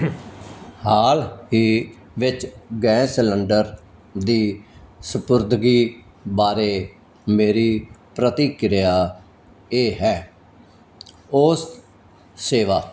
ਹਾਲ ਹੀ ਵਿੱਚ gas cylinder ਦੀ ਸਪੁਰਦਗੀ ਬਾਰੇ ਮੇਰੀ ਪ੍ਰਤੀਕਿਰਿਆ ਇਹ ਹੈ ਔਸਤ ਸੇਵਾ